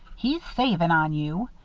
he's savin' on you.